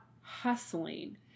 hustling